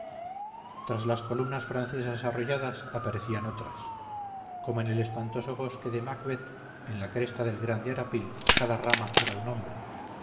tras las columnas francesas arrolladas aparecían otras como en el espantoso bosque de macbeth en la cresta del grande arapil cada rama era un hombre